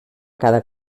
cada